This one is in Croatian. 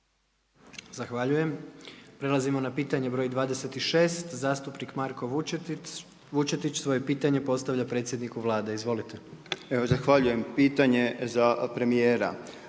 Zahvaljujem. Prelazimo na pitanje broj 26, zastupnik Marko Vučetić svoje pitanje postavlja predsjedniku Vlade. Izvolite. **Vučetić, Marko